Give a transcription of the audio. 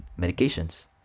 medications